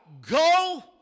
go